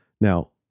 Now